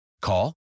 Call